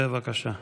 בבקשה.